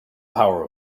power